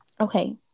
Okay